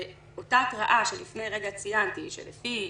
אותה התראה שלפני רגע ציינתי, שלפי